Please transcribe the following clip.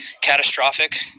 catastrophic